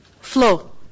Flow